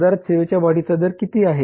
बाजारात सेवेच्या वाढीचा दर किती आहे